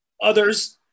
others